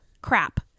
crap